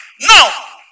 now